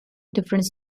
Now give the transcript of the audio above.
different